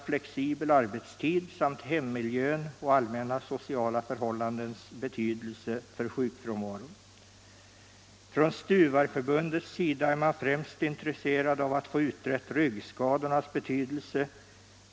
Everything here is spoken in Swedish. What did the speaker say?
Från Stuvareförbundets sida är man främst intresserad av att få utrett ryggskadornas betydelse.